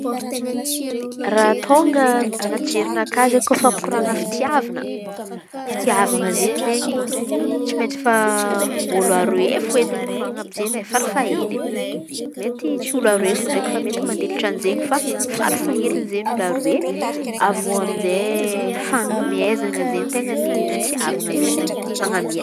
Raha tonga anaty jerinakà izen̈y mikorana fitiavana. Fitiavana izen̈y izen̈y tsy maintsy efa olo aroa efa edy mikorana izen̈y farafahaheliny mety tsy olo aroa ndraiky fa mandilitry anizeny. Fa farafaheliny izen̈y olo aroa e avy eo amizay fanomezana izen̈y ten̈a amy ny fitiavana io zey manamia.